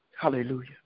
Hallelujah